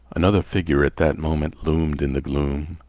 another figure at that moment loomed in the gloom.